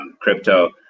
crypto